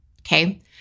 okay